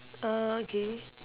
uh okay